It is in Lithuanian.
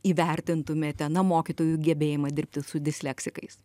įvertintumėte na mokytojų gebėjimą dirbti su disleksikais